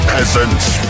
Peasants